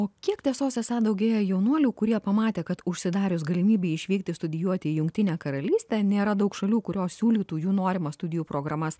o kiek tiesos esą daugėja jaunuolių kurie pamatę kad užsidarius galimybei išvykti studijuoti į jungtinę karalystę nėra daug šalių kurios siūlytų jų norimas studijų programas